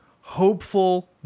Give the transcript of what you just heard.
hopeful